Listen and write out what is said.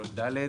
משתתף.